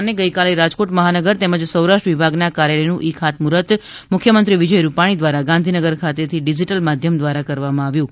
પાટીલના અધ્યક્ષસ્થાને ગઇકાલે રાજકોટ મહાનગર તેમજ સૌરાષ્ટ્ર વિભાગના કાર્યાલયનું ઈ ખાતમુફર્ત મુખ્યમંત્રી વિજય રૂપાણી દ્વારા ગાંધીનગર ખાતેથી ડિજિટલ માધ્યમ દ્વારા કરવામાં આવ્યું હતું